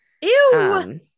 Ew